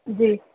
जी